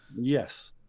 Yes